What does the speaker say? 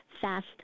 Fast